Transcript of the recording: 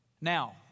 Now